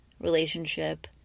relationship